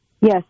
Yes